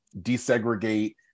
desegregate